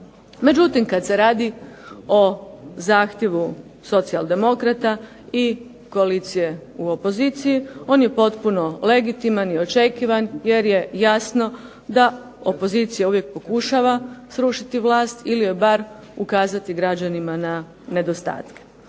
Međutim, kad se radi o zahtjevu socijaldemokrata i koalicije u opoziciji on je potpuno legitiman i očekivan jer je jasno da opozicija uvijek pokušava srušiti vlast ili bar ukazati građanima na nedostatke.